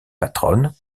patronne